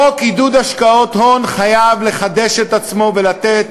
חוק לעידוד השקעות הון חייב לחדש את עצמו ולתת